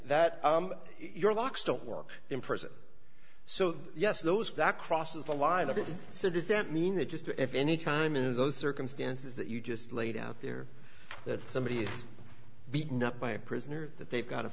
that your locks don't work in prison so yes those that crosses the line a bit so does that mean that just if any time in those circumstances that you just laid out there that somebody is beaten up by a prisoner that they've got